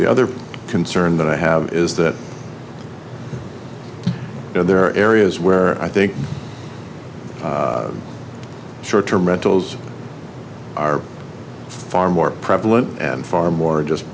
the other concern that i have is that there are areas where i think short term rentals are far more prevalent and far more of just